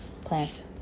plans